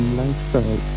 lifestyle